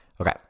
Okay